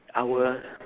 power